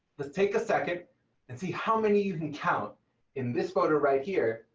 let's take a second and see how many you can count in this photo right here.